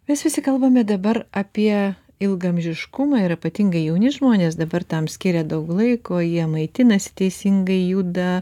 mes visi kalbame dabar apie ilgaamžiškumą ir ypatingai jauni žmonės dabar tam skiria daug laiko jie maitinasi teisingai juda